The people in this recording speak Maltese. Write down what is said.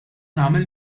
nagħmel